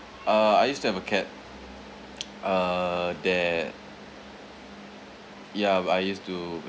uh I used to have a cat uh that ya I used to